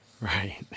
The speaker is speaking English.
Right